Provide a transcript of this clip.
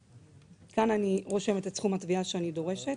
כאן אני רושמת את סכום התביעה שאני דורשת,